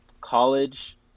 college